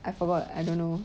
I forgot I don't know